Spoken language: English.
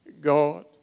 God